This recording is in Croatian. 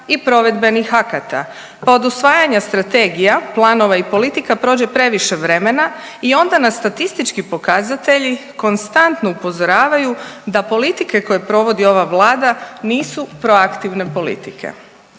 i provedbenih akata, pa od usvajanja strategija, planova i politika prođe previše vremena i onda nam statistički pokazatelji konstantno upozoravaju da politike koje provodi ova vlada nisu proaktivne politike.